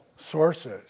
sources